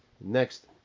next